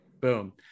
Boom